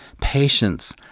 patience